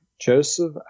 Joseph